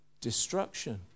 destruction